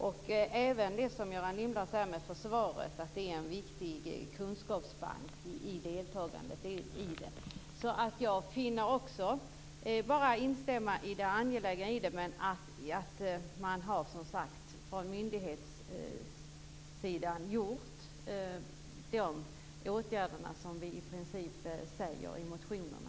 Det gäller även det som Göran Lindblad säger om försvaret, att det är en viktig kunskapsbank i deltagandet. Jag kan alltså bara instämma i det angelägna i det här, men man har som sagt från myndighetssidan i princip genomfört de åtgärder som vi talar om i motionerna.